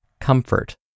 comfort